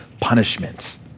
punishment